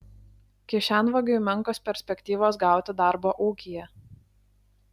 kišenvagiui menkos perspektyvos gauti darbo ūkyje